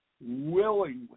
willingly